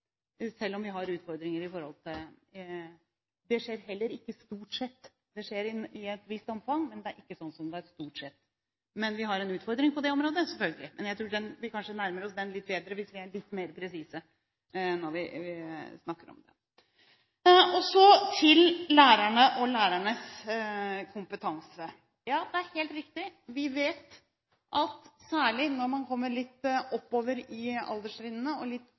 selv om vi har utfordringer i forhold til det. Det skjer heller ikke «stort sett». Det skjer i et visst omfang, men det er ikke sånn at det er «stort sett». Men vi har en utfordring på det området – selvfølgelig. Jeg tror kanskje vi nærmer oss den litt bedre hvis vi er litt mer presise når vi snakker om den. Så til lærerne og lærernes kompetanse. Ja, det er helt riktig, vi vet at særlig når man kommer litt oppover i alderstrinnene og litt